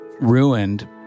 ruined